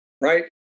Right